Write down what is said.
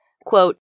quote